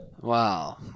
Wow